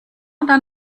oder